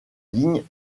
lignes